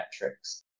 metrics